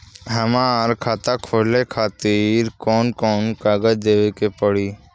हमार खाता खोले खातिर कौन कौन कागज देवे के पड़ी?